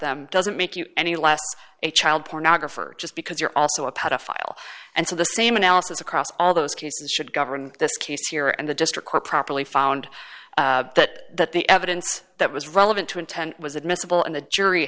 them doesn't make you any less a child pornographer just because you're also a pedophile and so the same analysis across all those cases should govern this case here and the district court properly found that the evidence that was relevant to intent was admissible and the jury